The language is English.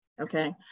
okay